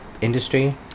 industry